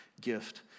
gift